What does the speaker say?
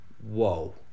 Whoa